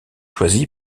choisi